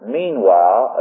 meanwhile